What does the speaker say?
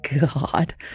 god